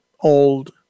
old